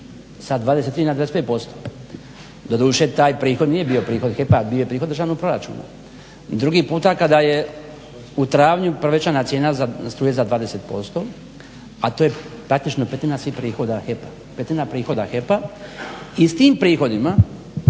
sa 23 na 25%. Doduše taj prihod nije prihod HEP-a ali bio je prihod državnog proračuna. Drugi puta kada je u travnju povećana cijena struje za 20% a to je praktički pretinac svih prihoda HEP-a, pretina prihoda HEP-a. I s tim prihodima